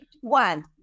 one